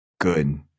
good